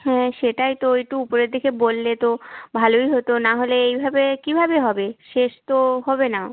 হ্যাঁ সেটাই তো একটু উপরের দিকে বললে তো ভালোই হতো না হলে এইভাবে কীভাবে হবে শেষ তো হবে না